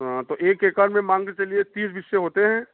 हाँ तो एक एकड़ में मान कर चलिए तीस बिस्से होते हैं